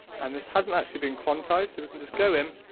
and this hasn't actually been quantized so we can just go in,